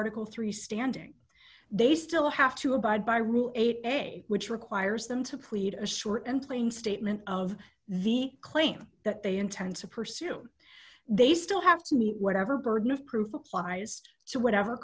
article three standing they still have to abide by rule eight a which requires them to plead a short and plain statement of the claim that they intend to pursue they still have to meet whatever burden of proof applies to whatever